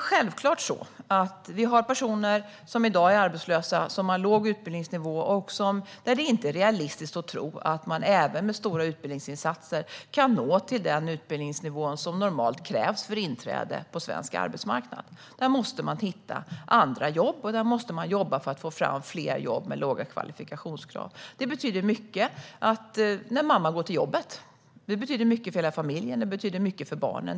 Självklart finns det personer som i dag är arbetslösa som har låg utbildningsnivå där det inte är realistiskt att tro att de ens med stora utbildningsinsatser kan nå den utbildningsnivå som normalt krävs för inträde på svensk arbetsmarknad. Där måste man arbeta för att hitta andra jobb och få fram fler jobb med låga kvalifikationskrav. När mamma går till jobbet betyder det mycket för hela familjen. Det betyder mycket för barnen.